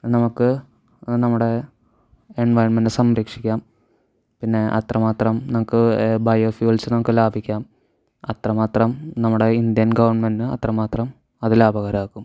നമുക്ക് നമ്മുടെ എൻവയോൺമെൻറ്റ് സംരക്ഷിക്കാം പിന്നെ അത്രമാത്രം നമുക്ക് ബയോഫ്യൂൽസ് നമുക്ക് ലാഭിക്കാം അത്രമാത്രം നമ്മുടെ ഇന്ത്യൻ ഗവൺമെൻറ്റിന് അത്രമാത്രം അത് ലാഭകരമാകും